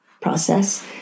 process